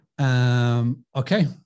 Okay